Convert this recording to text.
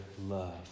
love